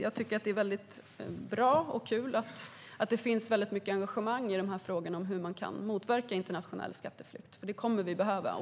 Jag tycker att det är bra och kul att det finns mycket engagemang i de här frågorna om hur man kan motverka internationell skatteflykt. Det kommer vi att behöva.